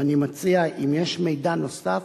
ואני מציע, אם יש מידע נוסף,